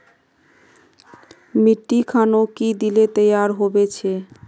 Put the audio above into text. मिट्टी खानोक की दिले तैयार होबे छै?